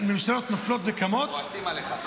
שממשלות נופלות וקמות -- כועסים עליך.